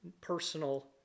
personal